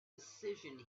decision